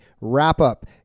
wrap-up